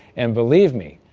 and believe me,